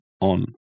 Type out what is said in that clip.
on